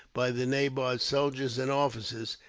by the nabob's soldiers and officers.